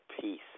peace